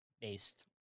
based